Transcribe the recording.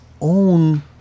own